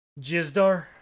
Jizdar